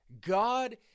God